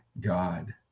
God